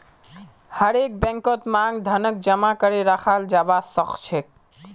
हरेक बैंकत मांग धनक जमा करे रखाल जाबा सखछेक